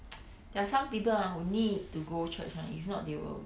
there are some people ha who need to go church [one] if not they will